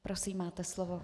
Prosím, máte slovo.